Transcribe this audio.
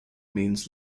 means